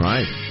Right